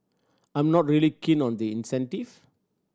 I'm not really keen on the incentive